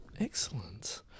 Excellent